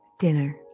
dinner